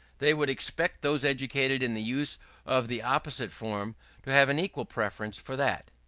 they would expect those educated in the use of the opposite form to have an equal preference for that.